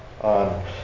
on